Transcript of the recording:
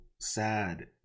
sad